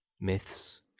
myths